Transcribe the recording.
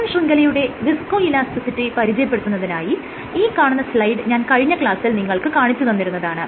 ECM ശൃംഖലയുടെ viscoelasticity പരിചയപ്പെടുത്തുന്നതിനായി ഈ കാണുന്ന സ്ലൈഡ് ഞാൻ കഴിഞ്ഞ ക്ലാസ്സിൽ നിങ്ങൾക്ക് കാണിച്ച് തന്നിരുന്നതാണ്